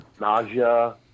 nausea